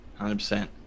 100%